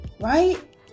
Right